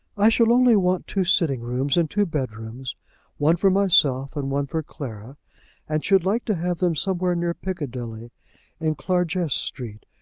i shall only want two sitting-rooms and two bedrooms one for myself and one for clara and should like to have them somewhere near piccadilly in clarges street,